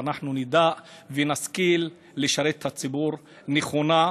ושאנחנו נדע ונשכיל לשרת את הציבור נכונה,